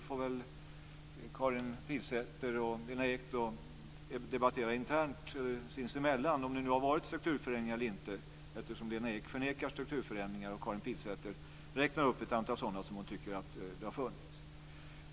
Karin Pilsäter och Lena Ek får väl debattera sins emellan om det har gjorts strukturförändringar eller inte, eftersom Lena Ek förnekar strukturförändringar och Karin Pilsäter räknar upp ett antal sådana som hon tycker har genomförts.